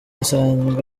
asanzwe